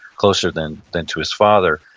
closer than than to his father.